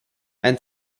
and